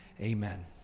Amen